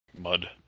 mud